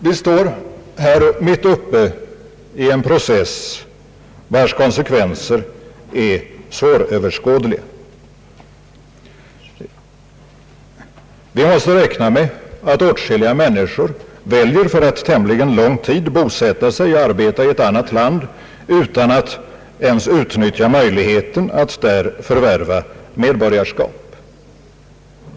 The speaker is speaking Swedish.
Vi står mitt uppe i en process vars konsekvenser är svåröverskådliga. Vi måste räkna med att åtskilliga människor för ganska lång tid väljer att bosätta sig och arbeta i ett annat land utan att ens utnyttja möjligheten att där förvärva medborgarskap.